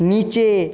নীচে